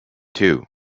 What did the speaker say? two